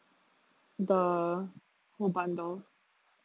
the whole bundle